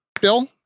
Bill